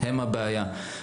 הבעיה.